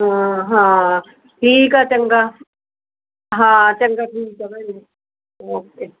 ਹਾਂ ਹਾਂ ਠੀਕ ਹੈ ਚੰਗਾ ਹਾਂ ਚੰਗਾ ਠੀਕ ਹੈ ਭੈਣੇ ਓਕੇ